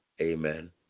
amen